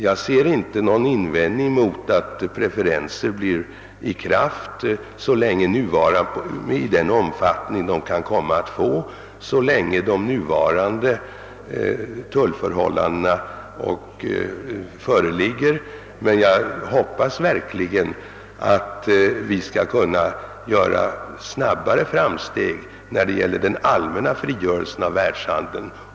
Jag ser inte någon anledning att invända mot att preferenserna kommer att vara i kraft, i den omfattning de kan få, så länge de nuvarande tullförhållandena föreligger. Jag hoppas dock verkligen att vi skall kunna göra snabbare framsteg än hittills när det gäller den allmänna frigörelsen av världshandeln.